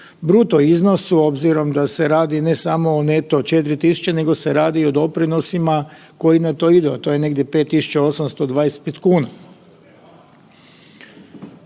bruto iznosu obzirom da se radi ne samo o neto 4.000,00 nego se radi o doprinosima koji na to idu, a to je negdje 5.825,00 kn.